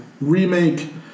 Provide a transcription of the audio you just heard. remake